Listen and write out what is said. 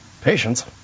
Patience